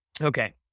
Okay